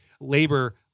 labor